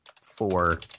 four